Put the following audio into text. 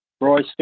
Royce